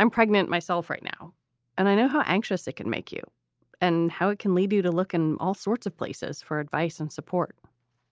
i'm pregnant myself right now and i know how anxious it can make you and how it can lead you to look in all sorts of places for advice and support